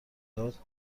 داد